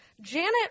Janet